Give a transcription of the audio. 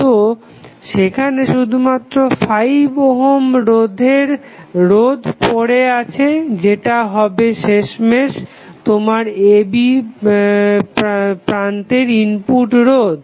তো সেখানে শুধুমাত্র 5 ওহম রোধ পরে আছে যেটা হবে শেষমেশ তোমার a b প্রান্তের ইনপুট রোধ